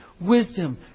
wisdom